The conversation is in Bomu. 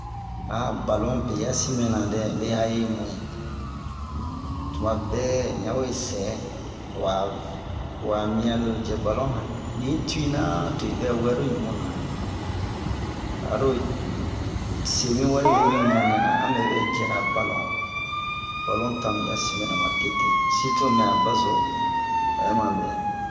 ballon be yɛsin mɛna dɛ me haye mu tumabɛ in yawe sɛ wa wamia loro jɛ ballon hani niyi tuina to'in vɛ wɛro ɲubona aro semi wari veni wian nɛna ame vɛ jɛra ballon ballon tanu yɛsin mɛna ma tete surtout mɛ'a bazo obɛ ma mubere